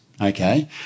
okay